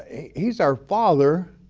ah he's our father,